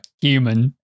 Human